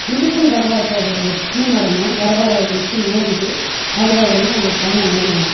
இதுக்கும் கடப்பாறை தேவைப்படும் ஒரு கன்று நடணுன்னால் கடப்பாறை வச்சு நோண்டிவிட்டு அதுக்கப்புறந்தான் அந்த கன்றை நடுவோம்